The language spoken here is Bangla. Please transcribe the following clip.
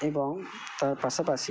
এবং তার পাশাপাশি